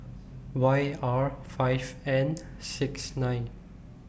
Y R five N six nine